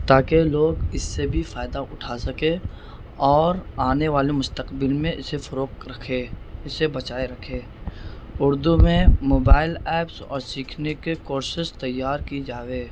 تاکہ لوگ اس سے بھی فائدہ اٹھا سکے اور آنے والے مستقبل میں اسے فروغ رکھے اسے بچائے رکھے اردو میں موبائل ایپس اور سیکھنے کے کورسز تیار کی جاوے